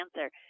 answer